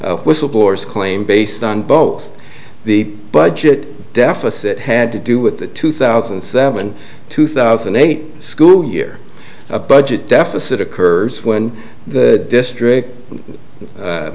whistleblower's claim based on both the budget deficit had to do with the two thousand and seven two thousand and eight school year a budget deficit occurs when the district